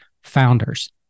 Founders